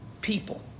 people